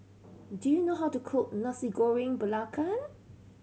do you know how to cook Nasi Goreng Belacan